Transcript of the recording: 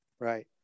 Right